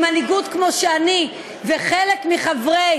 עם מנהיגות כמו שאני וחלק מחברי